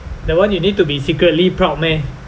that one you need to be secretly proud meh